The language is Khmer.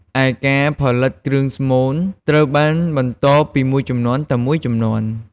ឯការផលិតគ្រឿងស្មូនត្រូវបានបន្តពីមួយជំនាន់ទៅមួយជំនាន់។